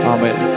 Amen